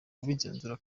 ubigenzura